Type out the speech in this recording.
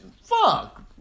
Fuck